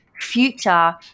future